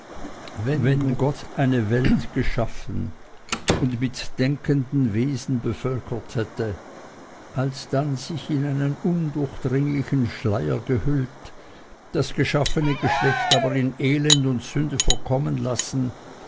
loben wenn gott eine welt geschaffen und mit denkenden wesen bevölkert hätte alsdann sich in einen undurchdringlichen schleier gehüllt das geschaffene geschlecht aber in elend und sünde verkommen lassen